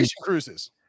cruises